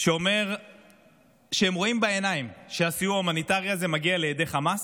שאומר שהם רואים בעיניים שהסיוע ההומניטרי הזה מגיע לידי חמאס,